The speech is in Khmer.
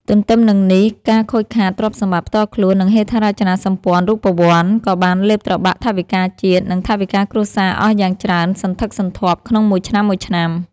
ទន្ទឹមនឹងនេះ ការខូចខាតទ្រព្យសម្បត្តិផ្ទាល់ខ្លួន និងហេដ្ឋារចនាសម្ព័ន្ធរូបវន្ត ក៏បានលេបត្របាក់ថវិកាជាតិ និងថវិកាគ្រួសារអស់យ៉ាងច្រើនសន្ធឹកសន្ធាប់ក្នុងមួយឆ្នាំៗ។